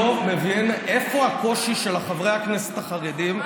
לא מבין איפה הקושי של חברי הכנסת החרדים,